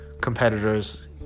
competitors